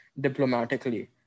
diplomatically